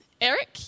Eric